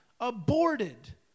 aborted